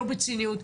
לא בציניות,